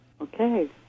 Okay